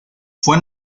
fue